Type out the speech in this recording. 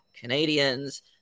Canadians